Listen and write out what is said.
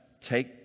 Take